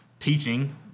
Teaching